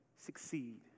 succeed